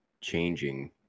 Changing